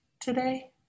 today